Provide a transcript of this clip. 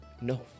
no